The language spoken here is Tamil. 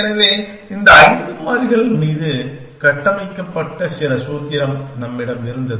எனவே இந்த 5 மாறிகள் மீது கட்டமைக்கப்பட்ட சில சூத்திரம் நம்மிடம் இருந்தது